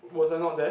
was I not there